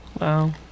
Wow